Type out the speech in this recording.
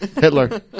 Hitler